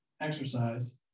exercise